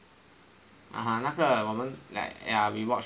(uh huh) 那个我们 like ya we watch already